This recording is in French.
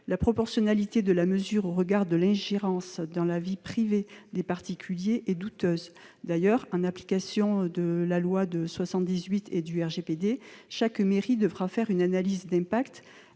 la proportionnalité de la mesure au regard de l'ingérence dans la vie privée des particuliers est douteuse. D'ailleurs, en application de la loi de 1978 et du RGPD, chaque mairie devra faire une analyse d'impact,